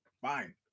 fine